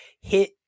hit